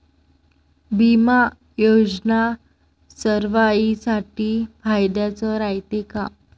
बिमा योजना सर्वाईसाठी फायद्याचं रायते का?